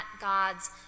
God's